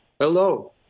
Hello